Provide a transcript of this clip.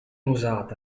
usata